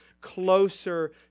closer